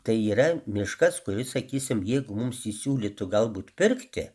tai yra miškas kuris sakysim jeigu mums jį siūlytų galbūt pirkti